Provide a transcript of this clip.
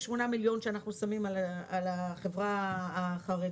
68 מיליון שאנחנו שמים על החברה החרדית,